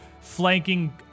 flanking